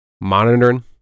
monitoring